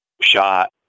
shot